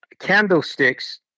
candlesticks